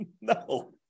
No